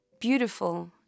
beautiful